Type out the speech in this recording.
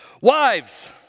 Wives